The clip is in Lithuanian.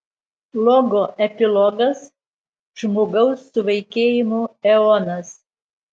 logo epilogas žmogaus suvaikėjimo eonas